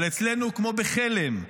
אבל אצלנו, כמו בחלם,